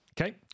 okay